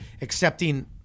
accepting